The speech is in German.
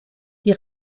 die